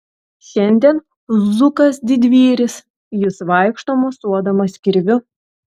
šiandien zukas didvyris jis vaikšto mosuodamas kirviu